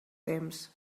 temps